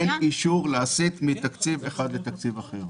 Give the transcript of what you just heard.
אין אישור להסיט מתקציב אחד לתקציב אחר.